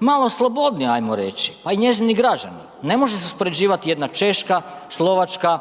malo slobodnija, ajmo reći, pa i njezini građani, ne može se uspoređivati jedna Češka, Slovačka,